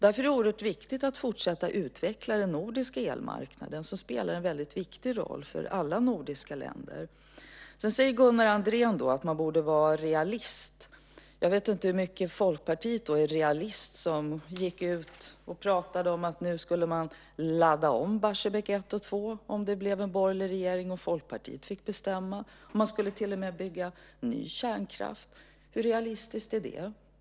Därför är det oerhört viktigt att fortsätta att utveckla den nordiska elmarknaden som spelar en väldigt viktig roll för alla de nordiska länderna. Sedan säger Gunnar Andrén att man borde vara realist. Jag vet inte hur mycket realist man är i Folkpartiet som pratade om att man skulle ladda om Barsebäck 1 och 2 om det blev en borgerlig regering och Folkpartiet fick bestämma. Man ville till och med bygga ny kärnkraft. Hur realistiskt är det?